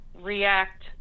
react